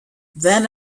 then